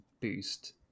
boost